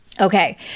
Okay